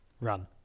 Run